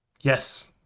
Yes